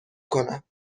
کنم